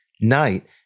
Night